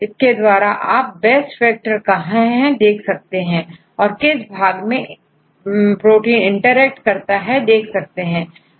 इसके द्वारा आप बेस्ट फैक्टर कहां है देख सकते हैं और किस भाग में प्रोटीन इंटरेक्ट करता है देख सकते हैं